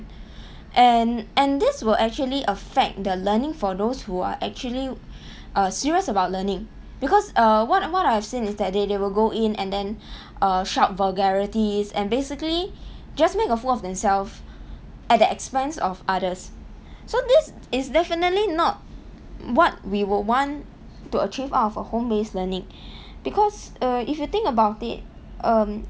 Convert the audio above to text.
and and this will actually affect the learning for those who are actually uh serious about learning because err what what I've seen is that they they will go in and then err shout vulgarities and basically just make a fool of themselves at the expense of others so this is definitely not what we would want to achieve out of a home-based learning because err if you think about it um